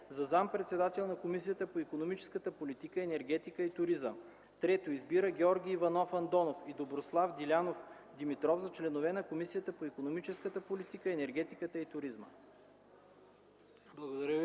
за заместник-председател на Комисията по икономическата политика, енергетика и туризъм. 3. Избира Георги Иванов Андонов и Доброслав Дилянов Димитров за членове на Комисията по икономическата политика, енергетика и туризъм.”